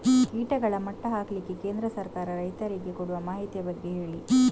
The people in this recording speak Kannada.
ಕೀಟಗಳ ಮಟ್ಟ ಹಾಕ್ಲಿಕ್ಕೆ ಕೇಂದ್ರ ಸರ್ಕಾರ ರೈತರಿಗೆ ಕೊಡುವ ಮಾಹಿತಿಯ ಬಗ್ಗೆ ಹೇಳಿ